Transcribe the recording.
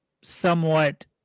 somewhat